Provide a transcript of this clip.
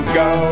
go